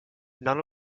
none